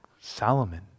Solomon